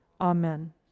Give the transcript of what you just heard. amen